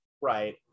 right